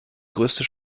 größte